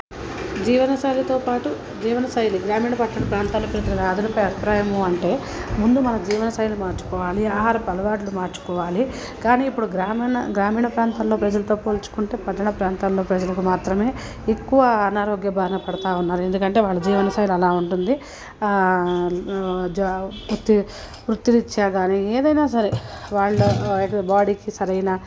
జీవన శైలితో పాటు జీవన శైలి గ్రామీణ పట్టణ ప్రాంతాల్లో ప్రజల వ్యాధులకు అభిప్రాయము అంటే ముందు మన జీవనశైలి మార్చుకోవాలి ఆహారపు అలవాట్లు మార్చుకోవాలి కానీ ఇప్పుడు గ్రామీణ గ్రామీణ ప్రాంతాల్లో ప్రజలతో పోల్చుకుంటే పట్టణ ప్రాంతాల్లో ప్రజలకు మాత్రమే ఎక్కువ అనారోగ్య బారిన పడతా ఉన్నారు ఎందుకంటే వాళ్ళ జీవనశైలి అలా ఉంటుంది జా వృత్తి వృత్తిరీత్యా గానీ ఏదైనా సరే వాళ్ళు ఆ యొక్క బాడీకి సరైన